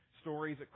stories